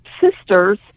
sisters